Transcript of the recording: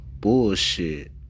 bullshit